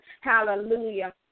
Hallelujah